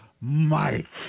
Mike